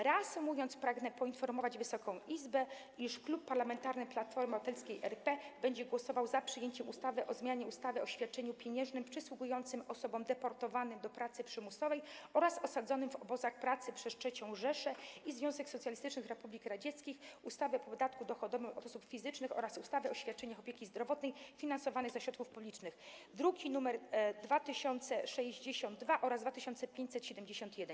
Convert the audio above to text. Reasumując, pragnę poinformować Wysoką Izbę, iż Klub Parlamentarny Platforma Obywatelska RP będzie głosował za przyjęciem ustawy o zmianie ustawy o świadczeniu pieniężnym przysługującym osobom deportowanym do pracy przymusowej oraz osadzonym w obozach pracy przez III Rzeszę i Związek Socjalistycznych Republik Radzieckich, ustawy o podatku dochodowym od osób fizycznych oraz ustawy o świadczeniach opieki zdrowotnej finansowanych ze środków publicznych, druki nr 2062 oraz 2571.